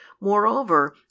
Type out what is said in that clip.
moreover